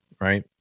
right